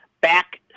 back